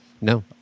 no